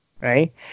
right